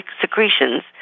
secretions